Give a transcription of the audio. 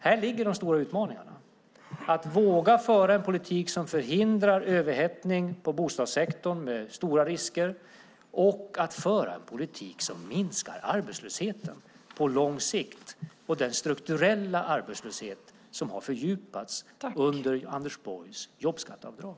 Här ligger de stora utmaningarna, det vill säga att våga föra en politik som förhindrar överhettning i bostadssektorn med stora risker och att föra en politik som minskar arbetslösheten på lång sikt och den strukturella arbetslöshet som har fördjupats under Anders Borgs jobbskatteavdrag.